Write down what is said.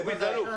בוודאי.